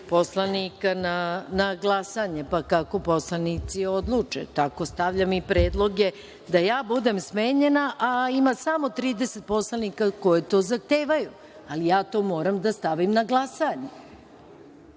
poslanika na glasanje, pa kako poslanici odluče. Tako stavljam i predloge da ja budem smenjena, a ima samo 30 poslanika koji to zahtevaju, a ja to moram da stavim na glasanje,